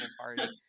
party